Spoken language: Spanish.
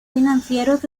financieros